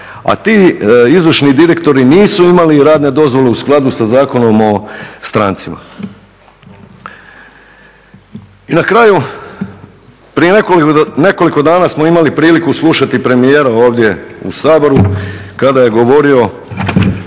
a ti izvršni direktori nisu imali radne dozvole u skladu sa Zakonom o strancima. I na kraju prije nekoliko dana smo imali priliku slušati premijera ovdje u Saboru kada je govorio